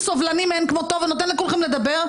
סביר להניח שבשעות אחר הצוהריים כבר תצא הבהרה על ההבהרה.